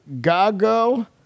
Gago